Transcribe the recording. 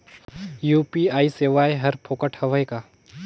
UPI सेवाएं हर फोकट हवय का?